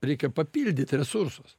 reikia papildyt resursus